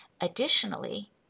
Additionally